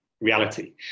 reality